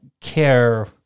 care